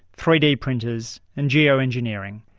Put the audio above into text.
three d printers and geo-engineering.